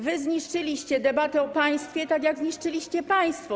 Wy zniszczyliście debatę o państwie, tak jak zniszczyliście państwo.